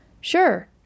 Sure